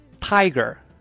Tiger